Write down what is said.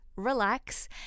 relax